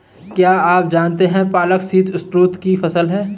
क्या आप जानते है पालक शीतऋतु की फसल है?